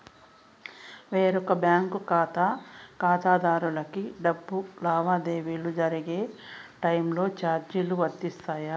వేరొక బ్యాంకు ఖాతా ఖాతాదారునికి డబ్బు లావాదేవీలు జరిగే టైములో చార్జీలు వర్తిస్తాయా?